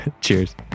Cheers